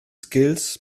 skills